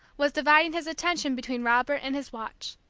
was dividing his attention between robert and his watch.